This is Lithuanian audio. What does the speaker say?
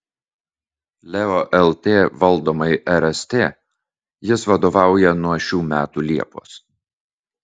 leo lt valdomai rst jis vadovauja nuo šių metų liepos